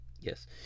Yes